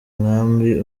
nkambi